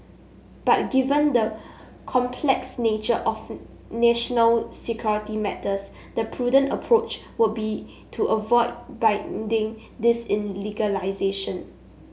but given the complex nature of national security matters the prudent approach would be to avoid binding this in legislation